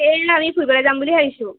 হেৰি আমি ফুৰিবলৈ যাম বুলি ভাবিছোঁ